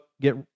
get